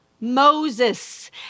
Moses